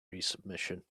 resubmission